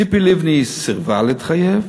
ציפי לבני סירבה להתחייב,